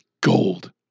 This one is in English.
gold